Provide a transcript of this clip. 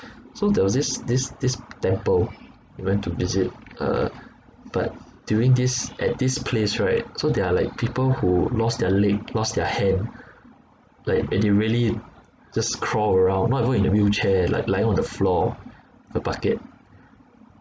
so there was this this this temple we went to visit uh but during this at this place right so there are like people who lost their leg lost their hand like and they really just crawl around not even in a wheelchair like lying on the floor a bucket